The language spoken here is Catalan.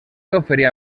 oferia